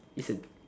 it's a